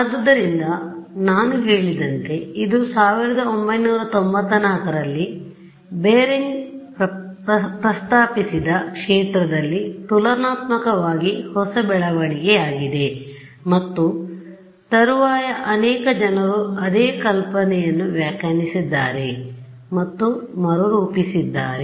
ಆದ್ದರಿಂದ ನಾನು ಹೇಳಿದಂತೆ ಇದು 1994 ರಲ್ಲಿ ಬೆರೆಂಜರ್ ಪ್ರಸ್ತಾಪಿಸಿದ ಕ್ಷೇತ್ರದಲ್ಲಿ ತುಲನಾತ್ಮಕವಾಗಿ ಹೊಸ ಬೆಳವಣಿಗೆಯಾಗಿದೆ ಮತ್ತು ತರುವಾಯ ಅನೇಕ ಜನರು ಅದೇ ಕಲ್ಪನೆಯನ್ನುವ್ಯಾಖ್ಯಾನಿಸಿದ್ದಾರೆಮತ್ತು ಮರುರೂಪಿಸಿದ್ದಾರೆ